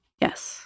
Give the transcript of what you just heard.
yes